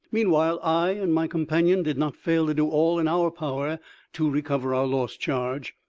meanwhile i and my companion did not fail to do all in our power to recover our lost charge.